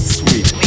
sweet